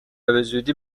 بزودی